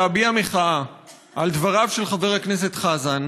להביע מחאה על דבריו של חבר הכנסת חזן,